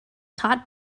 taught